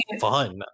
fun